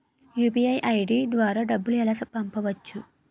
UPI ID ద్వారా డబ్బులు ఎలా పంపవచ్చు?